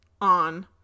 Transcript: on